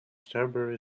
strawberry